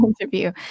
interview